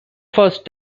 first